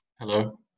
Hello